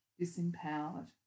disempowered